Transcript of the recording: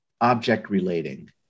object-relating